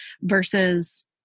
versus